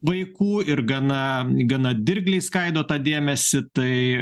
vaikų ir gana gana dirgliai skaido tą dėmesį tai